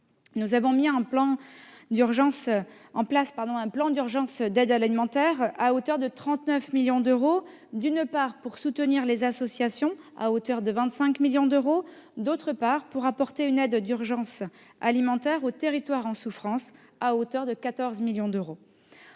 Nous avons mis en place un plan d'urgence d'aide alimentaire à hauteur de 39 millions d'euros, pour soutenir les associations à hauteur de 25 millions d'euros, d'une part, pour apporter une aide d'urgence alimentaire aux territoires en souffrance à hauteur de 14 millions d'euros,